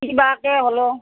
কিবাকৈ হ'লেও